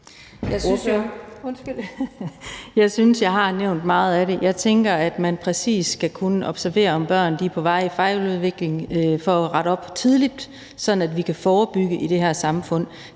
Jeg synes, jeg har nævnt meget af det. Jeg tænker, at man præcis skal kunne observere, om børn er på vej ud i en fejludvikling, sådan at vi kan rette op tidligt, og sådan at vi kan forebygge i det her samfund.